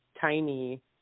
tiny